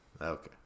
okay